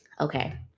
Okay